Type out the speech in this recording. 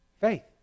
Faith